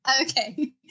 okay